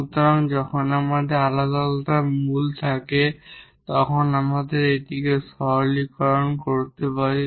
সুতরাং যখন আমাদের আলাদা রুটথাকে তখন আমরা এটিকে সাধারণীকরণ করতে পারি